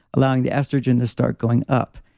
allowing the estrogen to start going up.